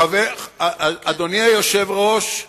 כנסת